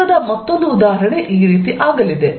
ಕ್ಷೇತ್ರದ ಮತ್ತೊಂದು ಉದಾಹರಣೆ ಈ ರೀತಿ ಆಗಲಿದೆ